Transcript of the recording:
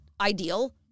ideal